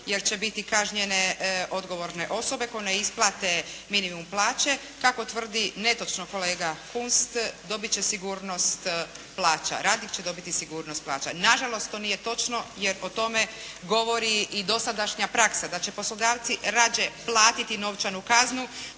jer će biti kažnjene odgovorne osobe koje ne isplate minimum plaće kako tvrdi netočno kolega Kunst dobit će sigurnost plaća, radnik će dobiti sigurnost plaća. Na žalost to nije točno jer o tome govori i dosadašnja praksa da će poslodavci rađe platiti novčanu kaznu,